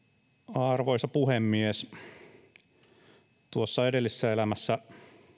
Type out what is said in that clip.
arvoisa puhemies edellisessä elämässä